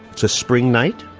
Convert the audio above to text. it's a spring night.